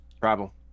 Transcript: Travel